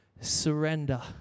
surrender